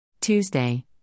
Tuesday